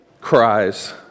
cries